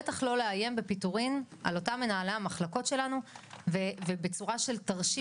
בטח לא לאיים בפיטורים על אותם מנהלי המחלקות שלנו בצורה של תרשים